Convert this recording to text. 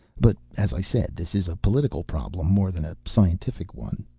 but, as i said, this is a political problem more than a scientific one.